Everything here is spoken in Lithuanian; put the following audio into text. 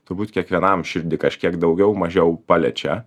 turbūt kiekvienam širdį kažkiek daugiau mažiau paliečia